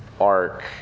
arc